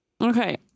okay